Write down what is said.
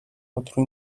otro